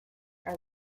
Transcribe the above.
are